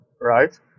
right